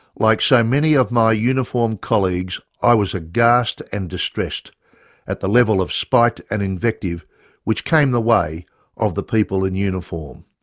like so many of my uniformed colleagues, i was aghast and distressed at the level of spite and invective invective which came the way of the people in uniform,